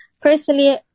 Personally